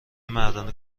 مردانه